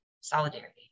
solidarity